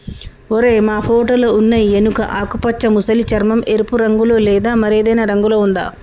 ఓరై మా ఫోటోలో ఉన్నయి ఎనుక ఆకుపచ్చ మసలి చర్మం, ఎరుపు రంగులో లేదా మరేదైనా రంగులో ఉందా